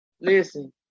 Listen